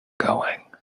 going